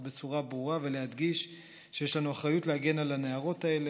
בצורה ברורה ולהדגיש שיש לנו אחריות להגן על הנערות האלה,